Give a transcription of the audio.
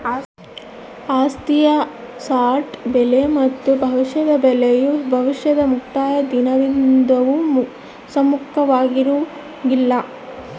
ಆಸ್ತಿಯ ಸ್ಪಾಟ್ ಬೆಲೆ ಮತ್ತು ಭವಿಷ್ಯದ ಬೆಲೆಯು ಭವಿಷ್ಯದ ಮುಕ್ತಾಯ ದಿನಾಂಕದಂದು ಒಮ್ಮುಖವಾಗಿರಂಗಿಲ್ಲ